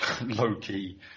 low-key